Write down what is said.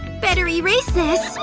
better erase this